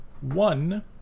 one